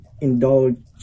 indulge